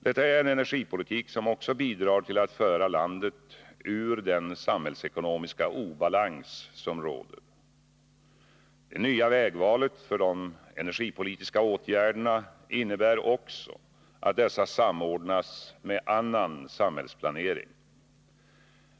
Detta är en energipolitik som också bidrar till att föra landet ur den samhällsekonomiska obalans som råder. Det nya vägvalet för de energipolitiska åtgärderna innebär också att dessa samordnas med annan samhällsplanering.